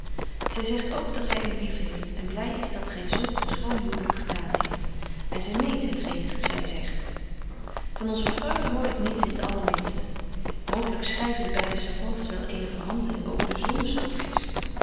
zy zegt ook dat zy u lief heeft en bly is dat gy zulk een schoon huwlyk gedaan hebt en zy meent het geen zy zegt van onze freule hoor ik niets in t allerminste mooglyk schryven de beide savantes wel eene verhandeling over de